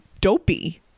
dopey